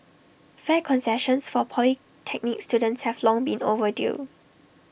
fare concessions for polytechnic students have long been overdue